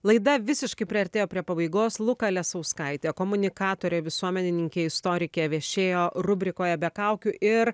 laida visiškai priartėjo prie pabaigos luka lesauskaitė komunikatorė visuomenininkė istorikė viešėjo rubrikoje be kaukių ir